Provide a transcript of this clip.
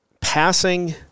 passing